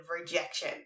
rejection